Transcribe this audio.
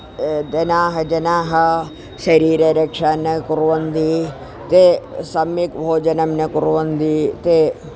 जनाः जनाः शरीररक्षा न कुर्वन्ति ते सम्यक् भोजनं न कुर्वन्ति ते